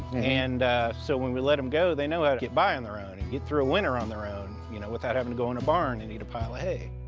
and so when we let them go, they know how to get by on their own and get through a winter on their own you know without having to go in a barn and eat a pile of hay.